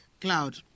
cloud